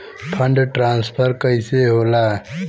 Fund transfer कैसे होला?